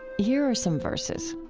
here are some verses